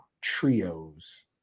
trios